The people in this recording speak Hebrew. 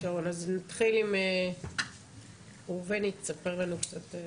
אז נתחיל עם ראובני, תספר לנו קצת.